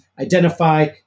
identify